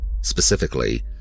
Specifically